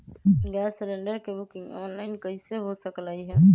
Gas cylinder के booking online कईसे हो सकलई ह?